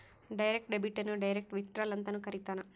direct debit ಅನ್ನು direct withdrawal ಅಂತನೂ ಕರೀತಾರ